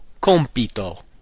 compito